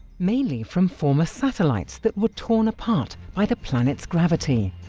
mainly from former satellites that were torn apart by the planet's gravity.